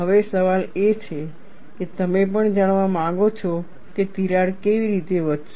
હવે સવાલ એ છે કે તમે પણ જાણવા માગો છો કે તિરાડ કેવી રીતે વધશે